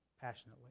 passionately